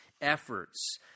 efforts